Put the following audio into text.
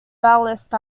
ballast